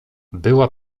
była